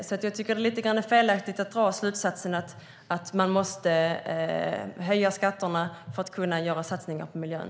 Det är lite grann felaktigt att dra slutsatsen att man måste höja skatterna för att kunna göra satsningar på miljön.